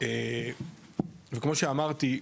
וכמו שאמרתי,